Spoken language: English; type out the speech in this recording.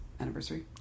anniversary